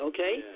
Okay